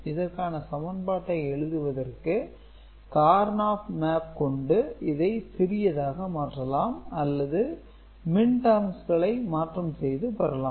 இதற்கான சமன்பாட்டை எழுதுவதற்கு கார்ணாப் மேப் கொண்டு இதை சிறியதாக மாற்றலாம் அல்லது மின் டெர்ம்ஸ் களை மாற்றம் செய்து பெறலாம்